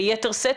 ביתר שאת,